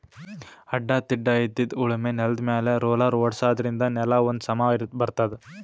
ಅಡ್ಡಾ ತಿಡ್ಡಾಇದ್ದಿದ್ ಉಳಮೆ ನೆಲ್ದಮ್ಯಾಲ್ ರೊಲ್ಲರ್ ಓಡ್ಸಾದ್ರಿನ್ದ ನೆಲಾ ಒಂದ್ ಸಮಾ ಬರ್ತದ್